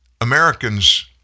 Americans